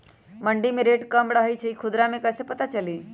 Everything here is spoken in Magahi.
मंडी मे रेट कम रही छई कि खुदरा मे कैसे पता चली?